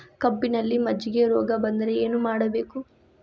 ಕಬ್ಬಿನಲ್ಲಿ ಮಜ್ಜಿಗೆ ರೋಗ ಬಂದರೆ ಏನು ಮಾಡಬೇಕು?